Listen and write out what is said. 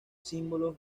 símbolos